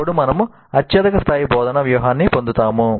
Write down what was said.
అప్పుడు మనము అత్యధిక స్థాయి బోధనా వ్యూహాన్ని పొందుతాము